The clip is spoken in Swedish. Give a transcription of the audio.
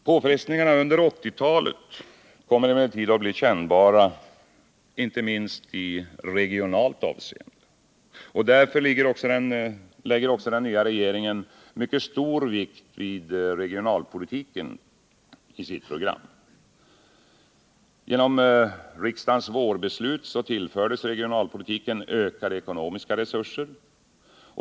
Påfrestningarna under 1980-talet kommer emellertid att bli kännbara inte minst i regionalt avseende. Därför lägger också den nya regeringen mycket stor vikt vid regionalpolitiken i sitt program. Genom vårens riksdagsbeslut tillfördes regionalpolitiken ökade ekonomiska resurser.